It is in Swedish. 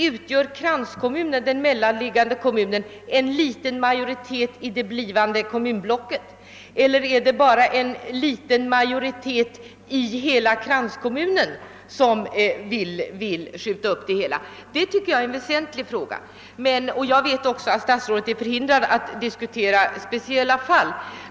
Utgör kranskommunen, den mellanliggande kommunen, en liten majoritet i det blivande kommunblocket eller är det bara en liten majoritet inom kranskommunen som vill skjuta upp sammanläggningen ? Jag vet också att statsrådet är förhindrad att diskutera speciella fall.